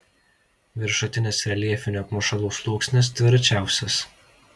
viršutinis reljefinių apmušalų sluoksnis tvirčiausias